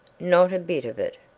not a bit of it.